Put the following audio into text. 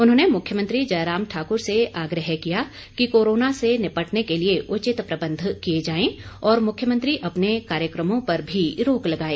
उन्होंने मुख्यमंत्री जयराम ठाक्र से आग्रह किया कि कोरोना से निपटने के लिए उचित प्रबंध किए जाएं और मुख्यमंत्री अपने कार्यक्रमों पर भी रोक लगाए